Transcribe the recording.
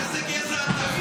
אתה גזע?